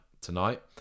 tonight